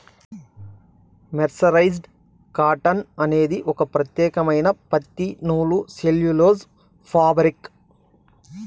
mercerised cotton అనేది ఒక ప్రత్యేకమైన పత్తి నూలు సెల్యులోజ్ ఫాబ్రిక్